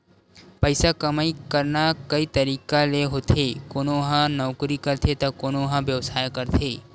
पइसा कमई करना कइ तरिका ले होथे कोनो ह नउकरी करथे त कोनो ह बेवसाय करथे